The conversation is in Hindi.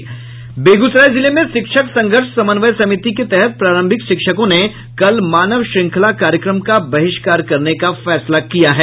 बेगूसराय जिले में शिक्षक संघर्ष समन्वय समिति के तहत प्रारंभिक शिक्षकों ने कल मानव श्रृंखला कार्यक्रम का बहिष्कार करने का फैसला किया है